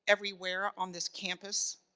everywhere on this campus